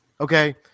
okay